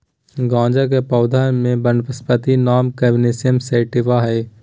गाँजा के पौधा के वानस्पति नाम कैनाबिस सैटिवा हइ